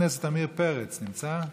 חבר הכנסת עמיר פרץ נמצא?